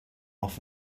off